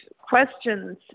questions